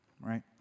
right